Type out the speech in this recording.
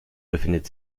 befindet